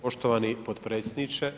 Poštovani potpredsjedniče.